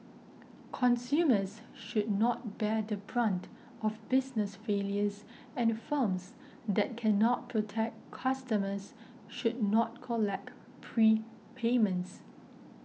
consumers should not bear the brunt of business failures and firms that cannot protect customers should not collect prepayments